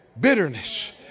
bitterness